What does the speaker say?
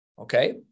Okay